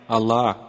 Allah